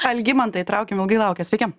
algimantą įtraukim ilgai laukia sveiki